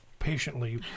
Patiently